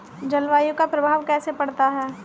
जलवायु का प्रभाव कैसे पड़ता है?